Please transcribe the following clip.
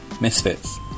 Misfits